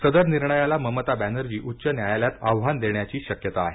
सदर निर्णयाला ममता बॅनर्जी उच्च न्यायालयात आव्हान देण्याची शक्यता आहे